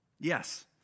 Yes